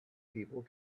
people